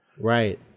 Right